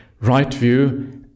Right-view